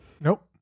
Nope